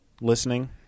listening